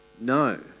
No